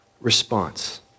response